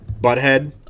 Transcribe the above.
Butthead